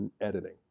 editing